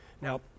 now